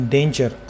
Danger